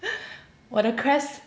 我的 Crest